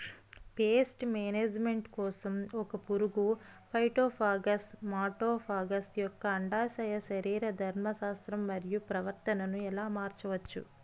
Paste management కోసం ఒక పురుగు ఫైటోఫాగస్హె మటోఫాగస్ యెక్క అండాశయ శరీరధర్మ శాస్త్రం మరియు ప్రవర్తనను ఎలా మార్చచ్చు?